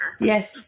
Yes